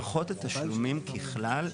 מערכות התשלומים ככלל,